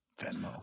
Venmo